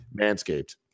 Manscaped